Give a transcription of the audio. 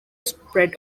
spread